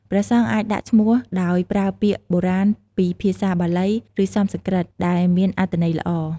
ព្រះសង្ឃអាចដាក់ឈ្មោះដោយប្រើពាក្យបុរាណពីភាសាបាលី ឬសំស្ក្រឹត ដែលមានអត្ថន័យល្អ។